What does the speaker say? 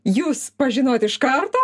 jūs pažinot iš karto